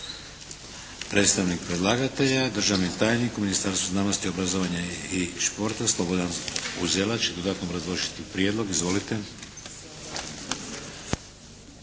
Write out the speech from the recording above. Predstavnik predlagatelja državni tajnik u Ministarstvu znanosti, obrazovanja i športa Slobodan Uzelac će dodatno obrazložiti prijedlog. Izvolite.